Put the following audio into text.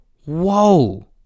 Whoa